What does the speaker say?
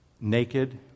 naked